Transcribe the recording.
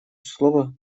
слово